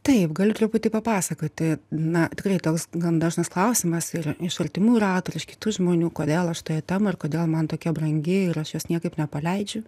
taip galiu truputį papasakoti na tikrai toks gan dažnas klausimas ir iš artimųjų rato ir iš kitų žmonių kodėl aš toje temoj ir kodėl man tokia brangi ir aš jos niekaip nepaleidžiu